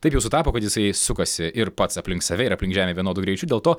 taip jau sutapo kad jisai sukasi ir pats aplink save ir aplink žemę vienodu greičiu dėl to